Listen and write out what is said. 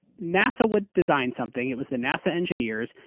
nasa would design something. it was the nasa engineers,